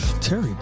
Terry